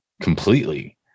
completely